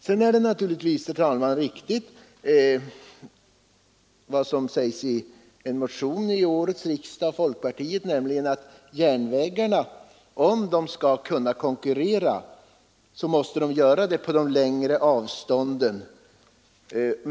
Sedan är det naturligtvis riktigt vad som sägs i en folkpartimotion till årets riksdag att järnvägarna, om de skall kunna konkurrera, måste göra det på de längre avstånden.